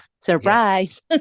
Surprise